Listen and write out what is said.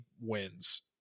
wins